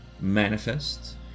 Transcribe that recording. manifest